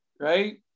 Right